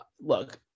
look